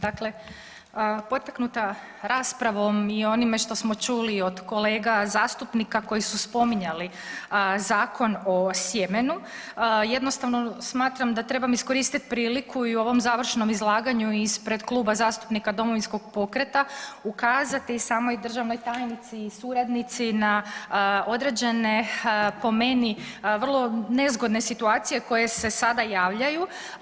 Dakle, potaknuta raspravom i onime što smo čuli od kolega zastupnika koji su spominjali Zakon o sjemenu, jednostavno smatram da trebam iskoristit priliku i u ovom završnom izlaganju ispred Kluba zastupnika Domovinskog pokreta ukazati i samoj državnoj tajnici i suradnici na određene po meni vrlo nezgodne situacije koje se sada javljaju.